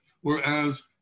whereas